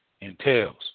entails